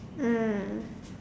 mm